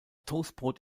toastbrot